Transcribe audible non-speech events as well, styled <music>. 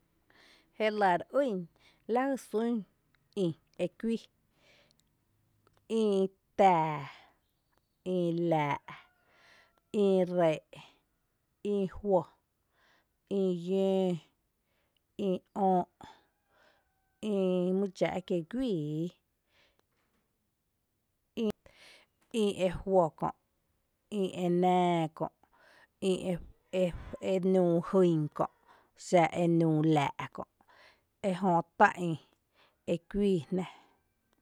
Jélⱥ re ýn lajy sún ï e kuíi: ï tⱥⱥ, ï lⱥⱥ’, <noise> ï ree’ ï juo, ï yǿǿ, ï öö’, <noise> ï mýdxáa’ kié’ guíií, ï ejuo kö’, ïe nⱥⱥ kö’, ï e <hesitation> e nüü jyn <noise> kö’, xⱥ e nüú laa’ kö’ ejö tá’ ï e kuii jnⱥ. <noise>